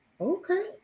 okay